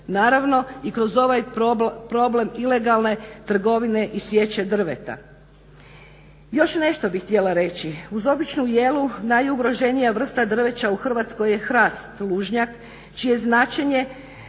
Naravno i kroz ovaj problem ilegalne trgovine i sječe drveta. Još nešto bih htjela reći. Uz običnu jelu najugroženija vrsta drveća u Hrvatskoj je hrast lužnjak čije značajnije